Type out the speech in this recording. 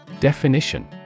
Definition